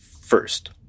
first